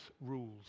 rules